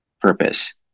Purpose